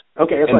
Okay